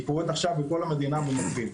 קורית עכשיו בכל המדינה במקביל.